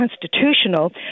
constitutional